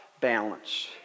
balance